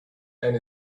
and